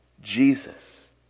Jesus